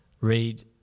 read